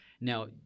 Now